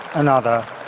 another.